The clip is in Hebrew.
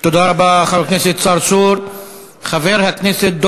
תודה רבה, חבר הכנסת צרצור.